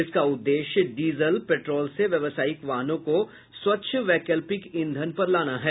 इसका उद्देश्य diesel petrol से व्यवसायिक वाहनों को स्वच्छ वैकल्पिक ईंधन पर लाना है